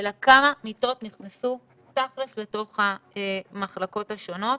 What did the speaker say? אלא כמה מיטות נכנסו תכלס לתוך המחלקות השונות.